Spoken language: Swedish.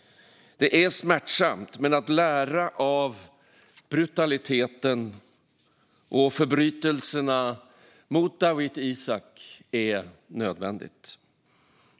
Det är smärtsamt, men att lära av brutaliteten och förbrytelserna mot Dawit Isaak är nödvändigt.